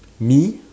me